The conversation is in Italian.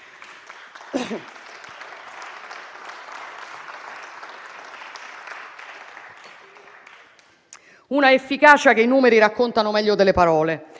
Un'efficacia che i numeri raccontano meglio delle parole: